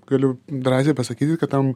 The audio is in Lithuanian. galiu drąsiai pasakyti kad tam